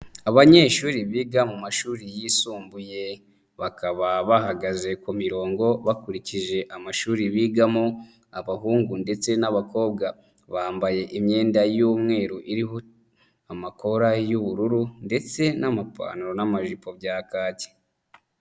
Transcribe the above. Abanyeshuri biga mu mashuri yisumbuye bakaba bahagaze ku mirongo bakurikije amashuri bigamo, abahungu ndetse n'abakobwa bambaye imyenda y'umweru iriho amakora y'ubururu ndetse n'amapantaro n'amajipo bya kaki.